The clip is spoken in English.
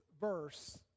verse